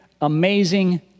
amazing